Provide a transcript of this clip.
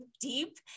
deep